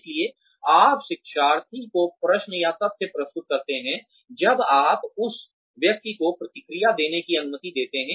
इसलिए आप शिक्षार्थी को प्रश्न या तथ्य प्रस्तुत करते हैं जब आप उस व्यक्ति को प्रतिक्रिया देने की अनुमति देते हैं